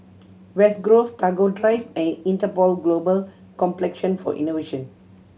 West Grove Tagore Drive and Interpol Global Complexion for Innovation